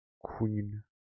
Queen